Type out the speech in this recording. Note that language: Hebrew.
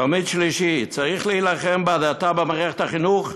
תלמיד שלישי: צריך להילחם בהדתה במערכת החינוך.